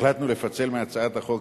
החלטנו לפצל מהצעת החוק,